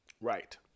right